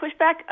pushback